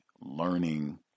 learning